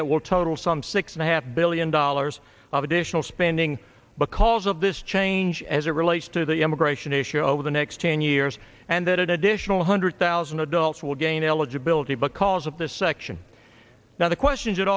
that will total some six and a half billion dollars of additional spending because of this change as it relates to the immigration issue over the next ten years and that additional hundred thousand adults will gain eligibility because of this section now the questions